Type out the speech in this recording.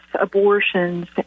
abortions